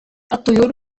الطيور